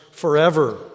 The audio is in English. forever